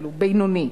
בינוני.